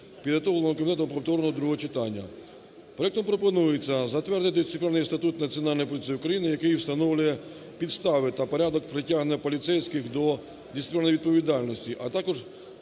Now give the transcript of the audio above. підготовлений комітетом до повторного другого читання. Проектом пропонується затвердити Дисциплінарний статут Національної поліції України, який встановлює підстави та порядок притягнення поліцейських до дисциплінарної відповідальності, а також